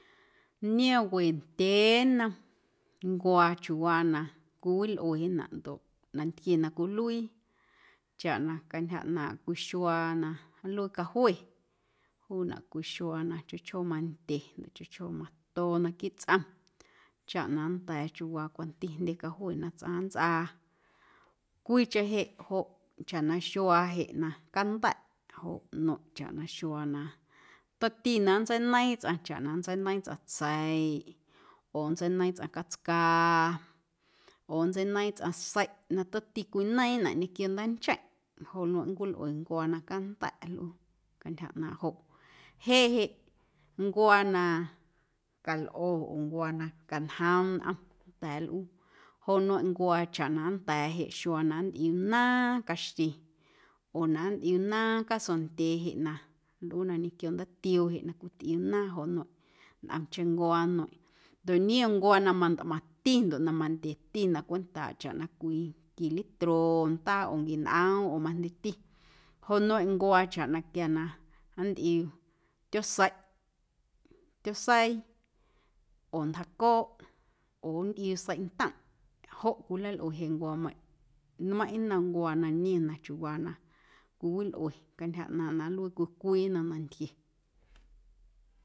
Niom wendyee nnom ncuaa chiuuwaa na cowilꞌuenaꞌ ndoꞌ nantquie na cwiluii chaꞌ na cantyja ꞌnaaⁿꞌ cwii xuaa na nluii cajue juunaꞌ cwii xuaa na chjoo chjoo mandye na chjoo chjoo matoo naquiiꞌ tsꞌom chaꞌ na nnda̱a̱ chiuuwaa cwanti jndye cajue na tsꞌaⁿ nntsꞌaa, cwiicheⁿ jeꞌ joꞌ chaꞌ na xuaa jeꞌ na canda̱ꞌ joꞌ nueiⁿꞌ chaꞌ na xuaa na tomti na nntseineiiⁿ tsꞌaⁿ chaꞌ na nntseineiiⁿ tsꞌaⁿ tseiꞌ oo nntseineiiⁿ tsꞌaⁿ catscaa oo nntseineiiⁿ tsꞌaⁿ seiꞌ na tomti cwineiiⁿnaꞌ ñequio ndaancheⁿꞌ joꞌ nueiⁿꞌ nncwilꞌue ncuaa na canda̱ꞌ nlꞌuu cantyja ꞌnaaⁿꞌ joꞌ, jeꞌ jeꞌ ncuaa na calꞌo oo ncuaa na cañjoom nꞌom nnda̱a̱ nlꞌuu joꞌ nmeiⁿꞌ ncuaa chaꞌ na nnda̱a̱ jeꞌ xuaa na nntꞌiuu naaⁿ caxti oo na nntꞌiuu naaⁿ casondyee jeꞌ na nlꞌuu na ñequio ndaatioo jeꞌ na cwitꞌiuu naaⁿ joꞌ nmeiⁿꞌ ntꞌomcheⁿ ncuaa nmeiⁿꞌ ndoꞌ niom ncuaa na mantꞌmaⁿti ndoꞌ na mandyeti na cwentaaꞌ chaꞌ na cwii qui litro ndaa oo nquinꞌoom oo majndyeti joꞌ nmeiⁿꞌ ncuaa chaꞌ na quia na nntꞌiuu tyooꞌseiꞌ, tyooꞌseii oo ntjaaꞌcooꞌ oo nntꞌiuu seiꞌntomꞌ joꞌ cwileilꞌue jeꞌ ncuaameiⁿꞌ nmeiⁿꞌ nnom ncuaa na niom na chiuuwaa na cwiwilꞌue cantyja ꞌnaaⁿꞌ na nluii cwii cwii nnom nantquie.